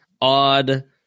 odd